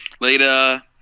later